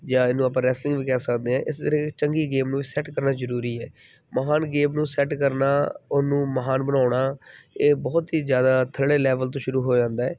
ਜਾਂ ਇਹਨੂੰ ਆਪਾਂ ਰੈਸਲਿੰਗ ਵੀ ਕਹਿ ਸਕਦੇ ਹਾਂ ਇਸ ਕਰਕੇ ਚੰਗੀ ਗੇਮ ਨੂੰ ਸੈੱਟ ਕਰਨਾ ਜ਼ਰੂਰੀ ਹੈ ਮਹਾਨ ਗੇਮ ਨੂੰ ਸੈੱਟ ਕਰਨਾ ਉਹਨੂੰ ਮਹਾਨ ਬਣਾਉਣਾ ਇਹ ਬਹੁਤ ਹੀ ਜ਼ਿਆਦਾ ਥੱਲੜੇ ਲੈਵਲ ਤੋਂ ਸ਼ੁਰੂ ਹੋ ਜਾਂਦਾ ਹੈ